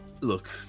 look